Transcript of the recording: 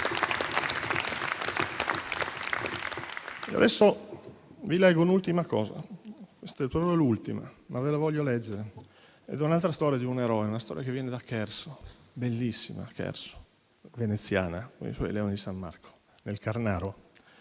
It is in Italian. Adesso vi leggo un'ultima cosa, davvero l'ultima, ma ve la voglio leggere. È un'altra storia di un eroe, una storia che viene da Cherso: bellissima Cherso, veneziana, con i suoi leoni di San Marco, nel Quarnaro,